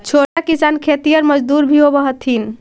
छोटा किसान खेतिहर मजदूर भी होवऽ हथिन